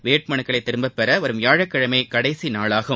வேட்பு மனுக்களை திரும்பப்பெற வரும் வியாழக்கிழமை கடைசி நாளாகும்